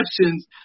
questions